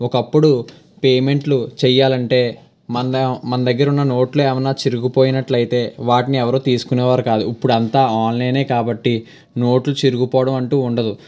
ఒకప్పుడు పేమెంట్లు చేయాలంటే మన ద మన దగ్గర ఉన్న నోట్లు ఏమన్నా చిరిగిపోయినట్లయితే వాటిని ఎవరు తీసుకునేవారు కాదు ఇప్పుడు అంతా ఆన్లైనే కాబట్టి నోట్లు చిరిగిపోవడం అంటూ ఉండదు